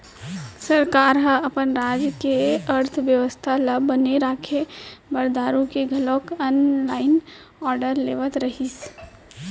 सरकार ह अपन राज के अर्थबेवस्था ल बने राखे बर दारु के घलोक ऑनलाइन आरडर लेवत रहिस